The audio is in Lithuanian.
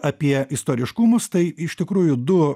apie istoriškumus tai iš tikrųjų du